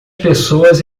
pessoas